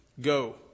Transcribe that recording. Go